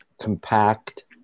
compact